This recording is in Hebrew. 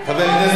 רגע,